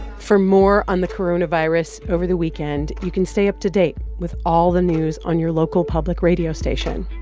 for more on the coronavirus, over the weekend, you can stay up to date with all the news on your local public radio station.